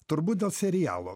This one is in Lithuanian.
turbūt dėl serialų